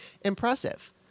impressive